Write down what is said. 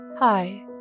Hi